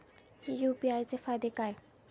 UPI चे फायदे काय?